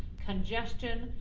congestion,